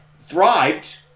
thrived